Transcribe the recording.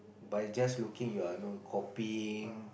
by just looking you are know copying